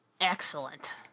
Excellent